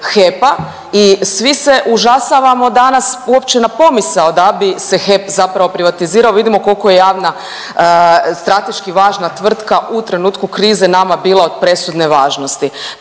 HEP-a i svi se užasavamo danas uopće na pomisao da bi se HEP zapravo privatizirao. Vidimo koliko je javna strateški važna tvrtka u trenutku krize nama bila od presudne važnosti.